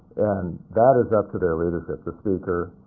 and that is up to their leadership the speaker,